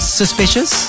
suspicious